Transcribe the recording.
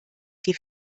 die